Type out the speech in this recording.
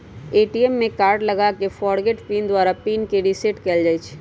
ATM में card लगा कऽ फ़ॉरगोट पिन द्वारा पिन के रिसेट कएल जा सकै छै